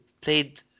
played